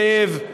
זאב",